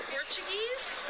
Portuguese